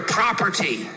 property